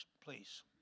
Please